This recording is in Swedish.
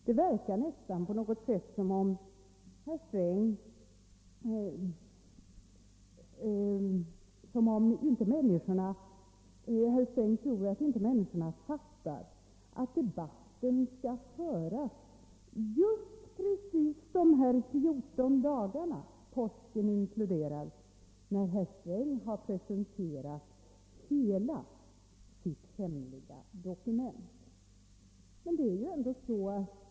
Det verkar nästan som om herr Sträng tror att människorna inte fattar att debatten skall föras just precis under 14 dagar, påsken inkluderad, efter det att herr Sträng har presenterat hela sitt hemliga dokument.